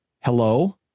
Hello